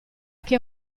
che